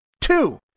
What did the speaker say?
Two